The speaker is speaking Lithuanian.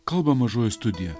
kalba mažoji studija